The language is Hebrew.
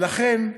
ולכן,